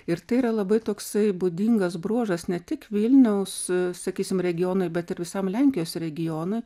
ir tai yra labai toksai būdingas bruožas ne tik vilniaus sakysim regionui bet ir visam lenkijos regionui